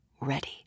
ready